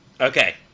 okay